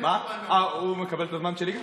הוא מקבל את הזמן שלי?